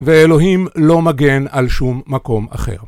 ואלוהים לא מגן על שום מקום אחר.